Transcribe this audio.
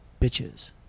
bitches